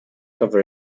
cover